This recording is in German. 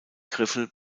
griffel